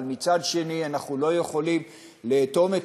אבל מצד שני אנחנו לא יכולים לאטום את